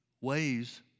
ways